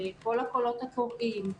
כל הקולות קוראים,